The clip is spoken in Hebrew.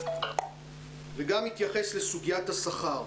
הוא גם יתייחס לסוגיית השכר.